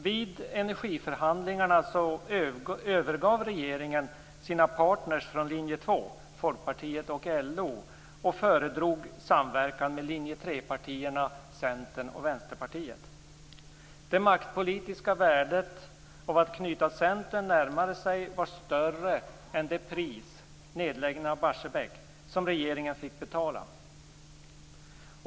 Vid energiförhandlingarna övergav regeringen sina partner från linje 2, Folkpartiet och Centern och Vänsterpartiet. Det maktpolitiska värdet av att knyta Centern närmare sig var större än det pris, nedläggningen av Barsebäck, som regeringen fick betala.